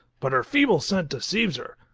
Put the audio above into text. but her feeble scent deceives her.